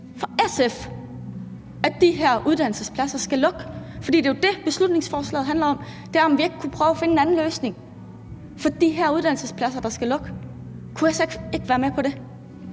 for SF – at de her uddannelsespladser skal lukke? For det er jo det, beslutningsforslaget handler om, altså om vi ikke kunne prøve at finde en løsning for de her uddannelsespladser, som skal lukke. Kunne SF ikke være med på det?